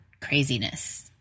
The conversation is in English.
craziness